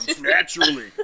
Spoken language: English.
naturally